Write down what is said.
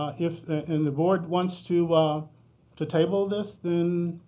ah if and the board wants to um to table this, then,